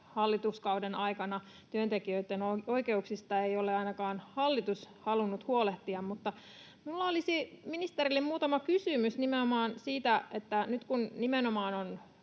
hallituskauden aikana työntekijöitten oikeuksista ei ole ainakaan hallitus halunnut huolehtia. Minulla olisi ministerille muutama kysymys nimenomaan siitä, että nyt kun nimenomaan on